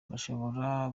bashobora